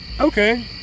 okay